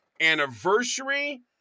anniversary